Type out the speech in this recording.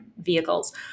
vehicles